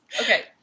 okay